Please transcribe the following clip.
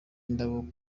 indabo